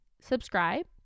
subscribe